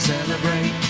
Celebrate